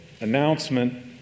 announcement